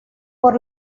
por